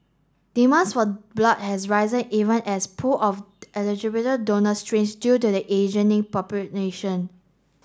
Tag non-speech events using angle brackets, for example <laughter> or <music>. demands for blood has risen even as pool of eligible donors shrinks due to the <unintelligible> population